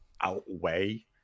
outweigh